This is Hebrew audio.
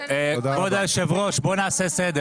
כבוד היושב ראש, בוא נעשה סדר